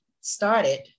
started